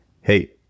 hey